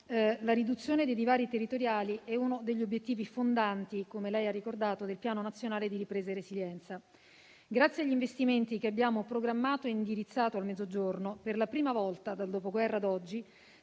la riduzione dei divari territoriali è uno degli obiettivi fondanti - come lei ha ricordato - del Piano nazionale di ripresa e resilienza. Grazie agli investimenti che abbiamo programmato e indirizzato al Mezzogiorno, per la prima volta dal Dopoguerra ad oggi,